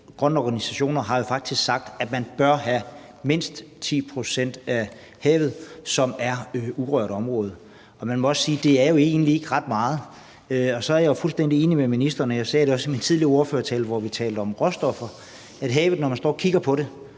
grønne organisationer har jo faktisk sagt, at man bør have mindst 10 pct. af havet som urørt område. Og man må også sige, at det jo egentlig ikke er ret meget. Så er jeg fuldstændig enig med ministeren i – og jeg sagde det også i min tidligere ordførertale, hvor jeg talte om råstoffer – at havet, når man står og kigger på det,